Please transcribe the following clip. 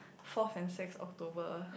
fourth and sixth October